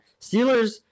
Steelers